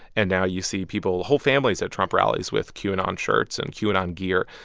and now you see people whole families at trump rallies with qanon shirts and qanon gear.